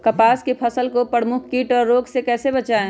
कपास की फसल को प्रमुख कीट और रोग से कैसे बचाएं?